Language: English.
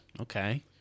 okay